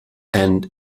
and